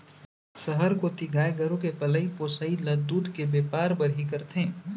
सहर कोती गाय गरू के पलई पोसई ल दूद के बैपार बर ही करथे